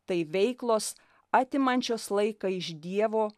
tai veiklos atimančios laiką iš dievo